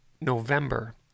November